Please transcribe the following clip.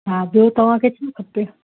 हा जे तव्हांखे खपे